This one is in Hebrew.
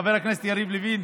חבר הכנסת יריב לוין,